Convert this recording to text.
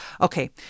Okay